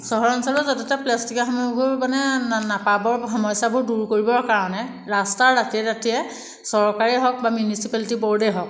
চহৰ অঞ্চলত য'তে ত'তে প্লাষ্টিকৰ সামগ্ৰী মানে নাপাবৰ সমস্যাবোৰ দূৰ কৰিবৰ কাৰণে ৰাস্তাৰ দাঁতিয়ে দাঁতিয়ে চৰকাৰেই হওক বা মিউনিচিপালিটি বৰ্ডেই হওক